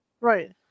right